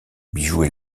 bijoux